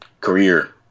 career